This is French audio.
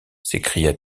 s’écria